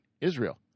Israel